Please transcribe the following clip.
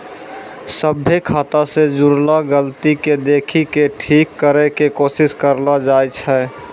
सभ्भे खाता से जुड़लो गलती के देखि के ठीक करै के कोशिश करलो जाय छै